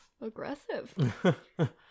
aggressive